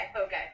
okay